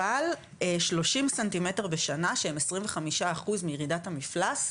אבל 30 סנטימטר בשנה שהם 25% מירידת המפלס,